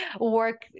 work